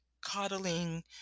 coddling